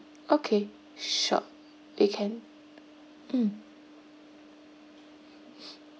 okay sure they can mm